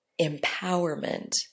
empowerment